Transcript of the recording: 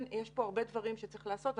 יש פה הרבה דברים שצריך לעשות,